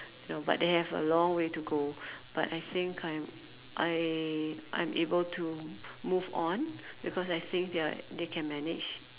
no but they have a long way to go but I think I'm I I'm able to move on because I think they are they can manage